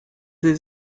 sie